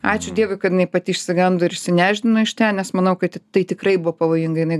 ačiū dievui kad jinai pati išsigando ir išsinešdino iš ten nes manau kad tai tikrai buvo pavojinga jinai